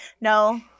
No